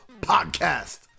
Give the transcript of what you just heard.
Podcast